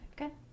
Okay